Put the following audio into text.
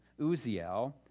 Uziel